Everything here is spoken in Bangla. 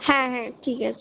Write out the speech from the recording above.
হ্যাঁ হ্যাঁ ঠিক আছে